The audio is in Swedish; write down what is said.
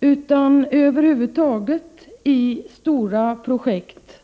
utan över huvud taget i stora projekt.